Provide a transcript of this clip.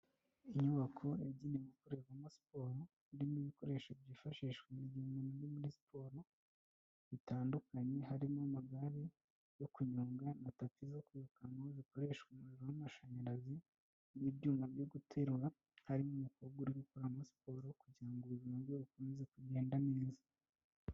Inyubako yagenewe gukorerwamo siporo, irimo ibikoresho byifashishwa mu gihe umuntu ari muri siporo bitandukanye, harimo amagare yo kunyonga, na tapi zo kwirukankaho zikoresha umuriro w'amashanyarazi, n'ibyuma byo guterura, harimo umukobwa uri gukoreramo siporo kugira ngo ubuzima bwe bukomeze kugenda neza.